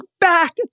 back